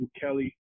Kelly